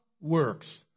works